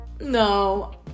No